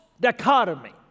dichotomy